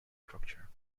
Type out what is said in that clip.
structure